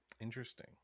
interesting